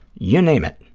you name it,